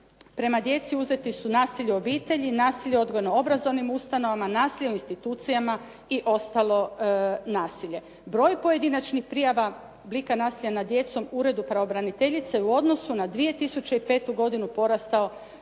prema djeci, uzeti su nasilje u obitelji, nasilje u odgojno obrazovnim ustanovama, nasilje u institucijama i ostalo nasilje. Broj pojedinačnih prijava oblika nasilja nad djecom Uredu pravobraniteljice u odnosu na 2005. godinu porastao